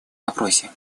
вопросе